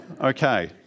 Okay